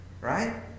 right